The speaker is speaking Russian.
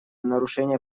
нарушения